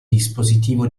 dispositivo